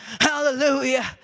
Hallelujah